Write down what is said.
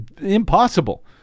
impossible